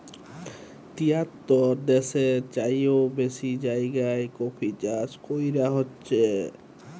তিয়াত্তর দ্যাশের চাইয়েও বেশি জায়গায় কফি চাষ ক্যরা হছে